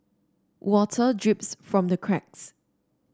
water drips from the cracks